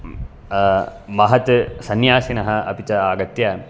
महत् सन्यासिनः अपि च आगत्य